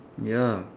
ya